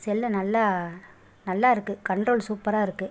செல் நல்லா நல்லாயிருக்கு கண்ட்ரோல் சூப்பராயிருக்கு